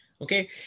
Okay